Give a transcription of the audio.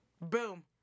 Boom